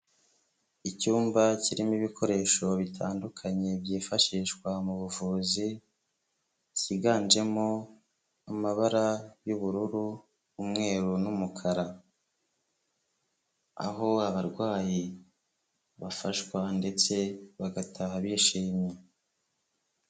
Icyumba kirimo ibikoresho bitandukanye byifashishwa mu buvuzi, cyiganjemo amabara y'ubururu, umweru n'umukara, aho abarwayi bafashwa ndetse bagataha bishimye.